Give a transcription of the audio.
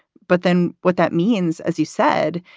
but then what that means, as you said,